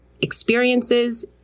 experiences